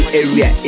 area